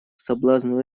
соблазну